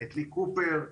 "לי קופר",